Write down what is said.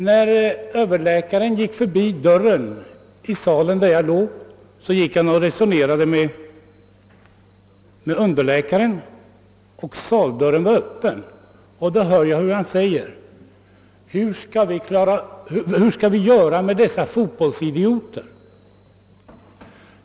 När överläkaren gick förbi den öppna dörren till den sal där jag låg gick han och resonerade med underläkaren, och jag hörde då hur han sade: Hur skall vi göra med dessa fotbollsidioter?